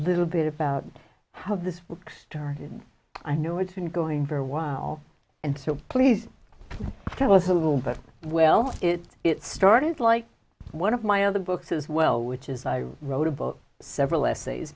little bit about how this book started and i know it's been going for a while and so please tell us a little bit well it it started like one of my other books as well which is i wrote a book several essays